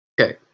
Okay